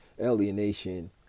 alienation